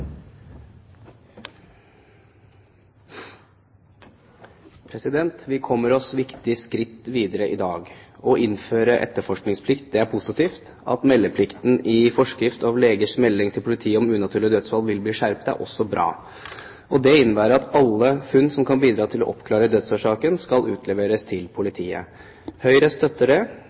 positivt, at meldeplikten i forskrift om legers melding til politiet om unaturlig dødsfall vil bli skjerpet, er også bra. Dette innebærer at alle funn som kan bidra til å oppklare dødsårsaken, skal utleveres til politiet. Høyre støtter det,